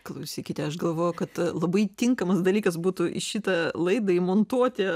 klausykite aš galvoju kad labai tinkamas dalykas būtų į šitą laidą įmontuoti